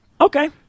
Okay